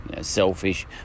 selfish